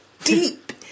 deep